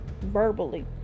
verbally